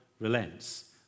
relents